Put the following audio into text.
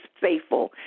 faithful